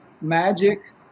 magic